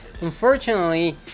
Unfortunately